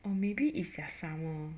or maybe is their summer